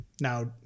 now